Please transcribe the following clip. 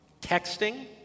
Texting